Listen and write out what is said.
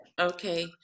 Okay